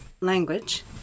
Language